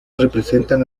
representan